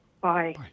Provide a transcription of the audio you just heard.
Bye